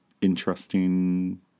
interesting